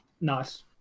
Nice